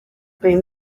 been